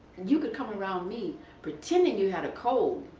you could come around me pretending you had a cold,